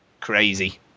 crazy